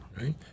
Right